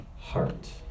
heart